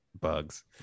bugs